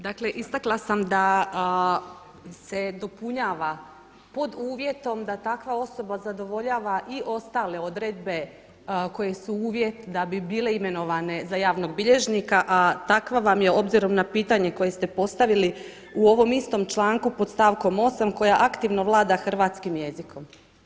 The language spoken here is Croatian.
Dakle istakla sam da se dopunjava pod uvjetom da takva osoba zadovoljava i ostale odredbe koje su uvjet da bi bile imenovane za javnog bilježnika, a takva vam je obzirom na pitanje koje ste postavili u ovom istom članku pod stavkom 8. koja aktivno vlada hrvatskim jezikom.